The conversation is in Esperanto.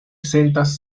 sentas